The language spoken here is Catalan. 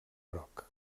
groc